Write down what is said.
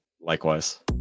Likewise